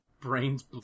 brains